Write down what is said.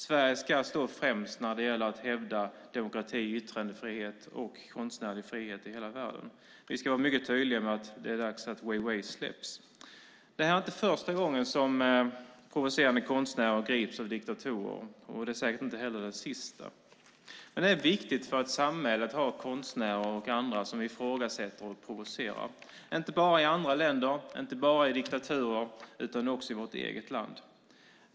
Sverige ska stå främst när det gäller att hävda demokrati, yttrandefrihet och konstnärlig frihet i hela världen. Vi måste vara mycket tydliga med att Ai Weiwei måste släppas. Det här är inte första gången som provocerande konstnärer grips av diktatorer, och det är säkert inte heller den sista. Det är viktigt för ett samhälle att det finns konstnärer och andra som ifrågasätter och provocerar, inte bara i andra länder och inte bara i diktaturer utan också i vårt eget land.